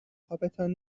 خوابتان